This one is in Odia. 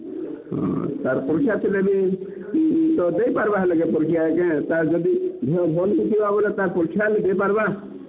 ହଁ ତା'ର୍ ପରୀକ୍ଷା ଥିଲେ ବି ତ ଦେଇପାର୍ବା ହେଲେ ପରୀକ୍ଷା ଆଜ୍ଞା ତା'ର୍ ଯଦି ଦେହ ଭଲ୍ ହେଉଥିବା ବେଲେ ତା'ର୍ ପରୀକ୍ଷା ହେଲେ ଦେଇପାର୍ବା